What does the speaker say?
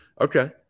Okay